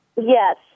Yes